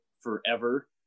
forever